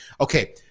Okay